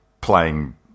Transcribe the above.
playing